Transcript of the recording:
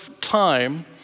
time